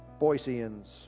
Boiseans